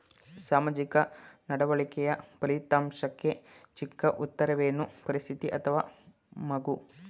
ಸಾಮಾಜಿಕ ನಡವಳಿಕೆಯ ಫಲಿತಾಂಶಕ್ಕೆ ಚಿಕ್ಕ ಉತ್ತರವೇನು? ಪರಿಸ್ಥಿತಿ ಅಥವಾ ಮಗು?